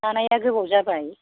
हानाया गोबाव जाबाय